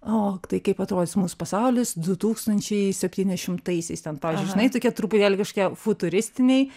o tai kaip atrodys mūsų pasaulis du tūkstančiai septyniasdešimtaisiais ten pavyzdžiui žinai tokie truputėlį kažkokie futuristiniai